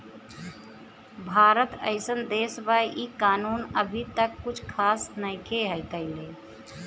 भारत एइसन देश बा इ कानून अभी तक कुछ खास नईखे कईले